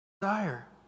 desire